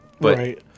Right